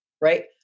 right